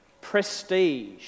prestige